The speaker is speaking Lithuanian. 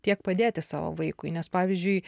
tiek padėti savo vaikui nes pavyzdžiui